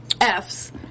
F's